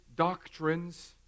doctrines